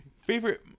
favorite